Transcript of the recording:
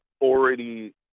already